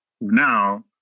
now